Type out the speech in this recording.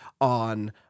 on